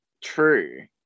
True